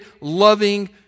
loving